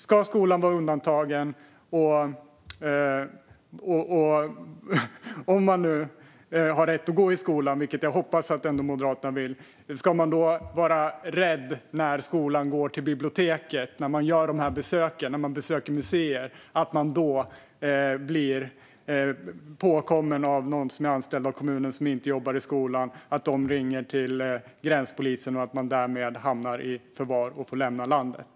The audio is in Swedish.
Och om de nu har rätt att gå i skolan, vilket jag hoppas att Moderaterna ändå tycker: Ska barnen då vara rädda när skolan går till biblioteket eller besöker museer för att bli påkomna av någon som är anställd av kommunen som inte jobbar i skolan? Ska de vara rädda för att den personen ringer till gränspolisen och att de därmed hamnar i förvar och får lämna landet?